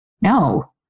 No